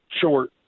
short